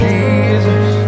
Jesus